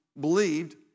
believed